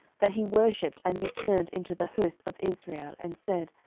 that he worshipped, and returned into the host of israel, and said,